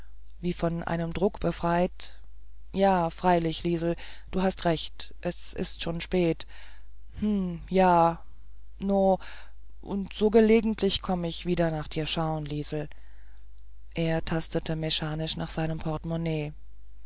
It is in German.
wie von einem druck befreit ja freilich liesel du hast recht es ist schon spät hm ja no und so gelegentlich komm ich wieder nach dir schauen liesel er tastete mechanisch nach seinem portemonnaie